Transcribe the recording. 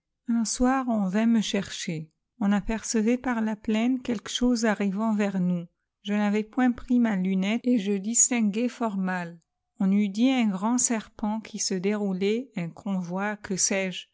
un soir on vint me chercher on apercevait par la plaine quelque chose arrivant vers nous je n'avais point pris ma lunette et je distino uais fort mal on eut dit un o rand serpent qui se déroulait un convoi que